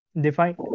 Define